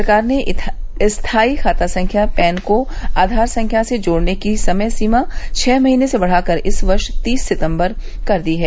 सरकार ने स्थायी खाता संख्या पैन को आधार संख्या से जोड़ने की समय सीमा छह महीने बढ़ाकर इस वर्ष तीस सितंबर कर दी है